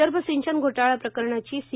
विदर्भ सिंचन घोटाळा प्रकरणाची सी